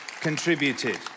contributed